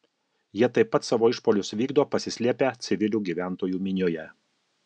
jie taip pat savo išpuolius vykdo pasislėpę civilių gyventojų minioje